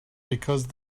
because